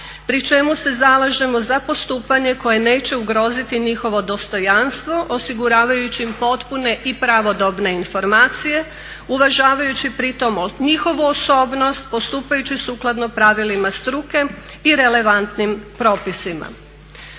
pri čemu se zalažemo za postupanje koje neće ugroziti njihovo dostojanstvo osiguravajući im potpune i pravodobne informacije, uvažavajući pri tome njihovu osobnost postupajući sukladno pravilima struke i relevantnim propisima.